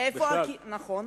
נכון.